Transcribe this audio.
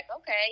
okay